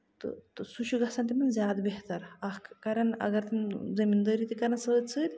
تہٕ تہٕ سُہ چھُ گژھان تِمن زیادٕ بہتر اکھ کرن تِم زٔمیٖن دٲری تہِ کرن سۭتۍ سۭتۍ